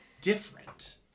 different